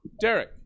Derek